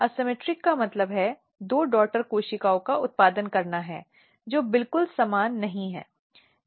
असममित का मतलब दो डॉटर कोशिकाएं का उत्पादन करना है जो बिल्कुल समान नहीं हैं